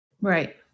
Right